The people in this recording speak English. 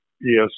Yes